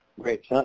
Great